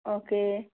okay